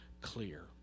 clear